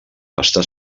està